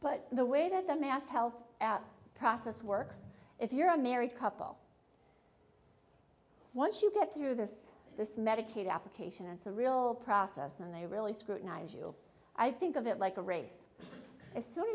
but the way that the mass health out process works if you're a married couple once you get through this this medicaid application and surreal process and they really scrutinize you i think of it like a race as soon